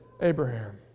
Abraham